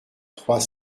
trois